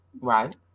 right